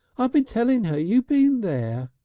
ah been telling her you been there.